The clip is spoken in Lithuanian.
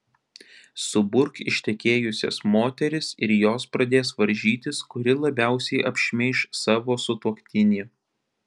suburk ištekėjusias moteris ir jos pradės varžytis kuri labiausiai apšmeiš savo sutuoktinį